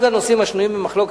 אחד הנושאים השנויים במחלוקת,